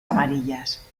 amarillas